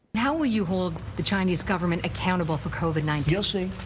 how will you hold the chinese government accountable for covid nineteen. you'll see,